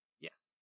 Yes